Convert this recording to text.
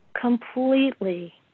completely